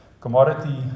commodity